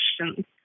questions